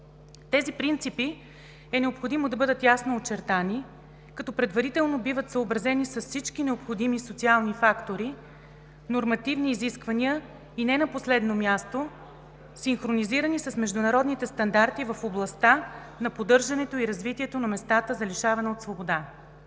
Тези принципи е необходимо да бъдат ясно очертани, като предварително биват съобразени с всички необходими социални фактори, нормативни изисквания и не на последно място, синхронизирани с международните стандарти в областта на поддържането и развитието на местата за лишаване от свобода.